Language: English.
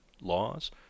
laws